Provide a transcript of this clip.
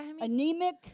anemic